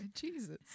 Jesus